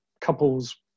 couples